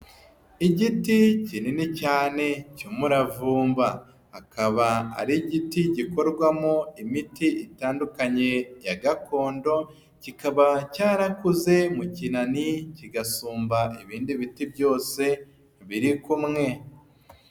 Igiti kinini cyane cy'umuravumba, akaba ari igiti gikorwamo imiti itandukanye ya gakondo, kikaba cyarakuze mu kinani, kigasumba ibindi biti byose biri kumwe.